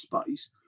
space